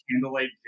candlelight